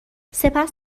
سپس